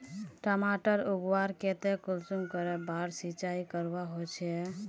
टमाटर उगवार केते कुंसम करे बार सिंचाई करवा होचए?